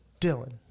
Dylan